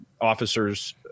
officer's